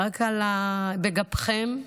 בגפכם,